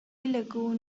lagoon